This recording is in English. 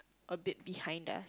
a bit behind us